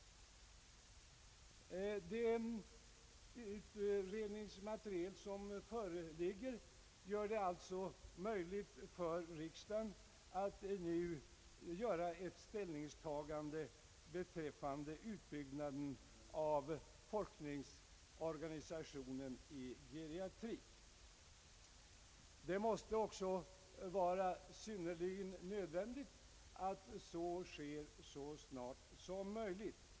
Det utredningsmaterial som föreligger gör det alltså möjligt för riksdagen att nu ta Enligt min mening är det också synnerligen nödvändigt att detta sker så snart som möjligt.